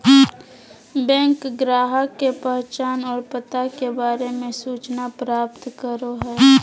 bank ग्राहक के पहचान और पता के बारे में सूचना प्राप्त करो हइ